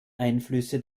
einflüsse